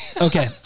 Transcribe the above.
Okay